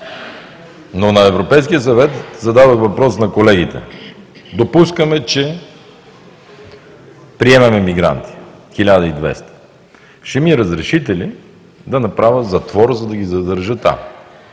но на Европейския съвет зададох въпрос на колегите – допускаме, че приемем мигранти – 1200, ще ми разрешите ли да направя затвор, за да ги задържа там?